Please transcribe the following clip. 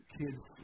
kids